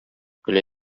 көлә